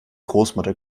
großmutter